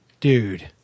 dude